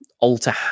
alter